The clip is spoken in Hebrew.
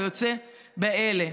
וכיוצא באלה,